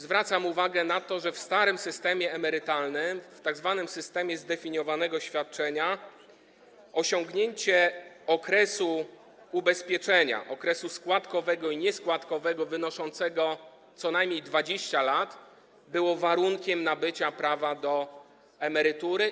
Zwracam uwagę na to, że w starym systemie emerytalnym, w tzw. systemie zdefiniowanego świadczenia, posiadanie okresu ubezpieczenia, okresu składkowego i nieskładkowego, wynoszącego co najmniej 20 lat było warunkiem nabycia prawa do emerytury.